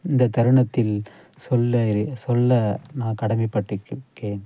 இந்த தருணத்தில் சொல்லுகிறேன் சொல்ல நான் கடமைப்பட்டிருக்கிக்கேன்